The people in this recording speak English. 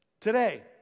Today